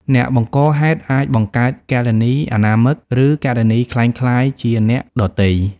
អ្នកបង្កហេតុអាចបង្កើតគណនីអនាមិក ឬគណនីក្លែងបន្លំជាអ្នកដទៃ។